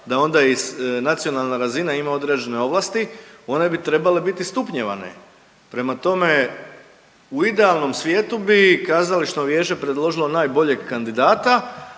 da onda iz nacionalne razine ima određene ovlasti, one bi trebale biti stupnjevane. Prema tome, u idealnom svijetu bi kazališno vijeće predložilo najboljeg kandidata,